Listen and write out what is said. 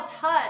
touch